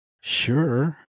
sure